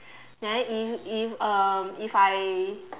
then if if um if I